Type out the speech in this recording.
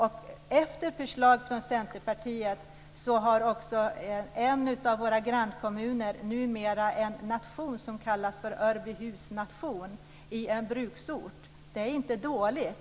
Och efter förslag från Centerpartiet har också en av våra grannkommuner numera en nation som kallas för Örbyhus nation. Det är inte dåligt i en bruksort.